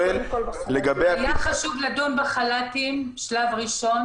היה חשוב לדון בחל"תים בשלב ראשון